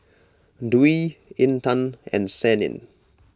Dwi Intan and Senin